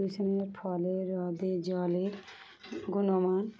দূষণের ফলে হচ্ছে জলের গুণমান